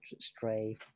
stray